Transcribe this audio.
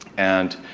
and,